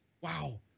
wow